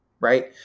right